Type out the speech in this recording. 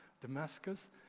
Damascus